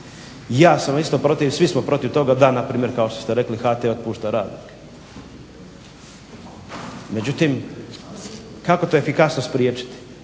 Ja sam isto protiv, svi smo protiv toga da npr. kao što ste rekli HT otpušta radnike, međutim kako to efikasno spriječiti?